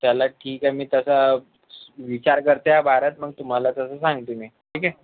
चला ठीक आहे मी तसं विचार करते बारंच तुम्हाला तसं सांगते मी ठीक आहे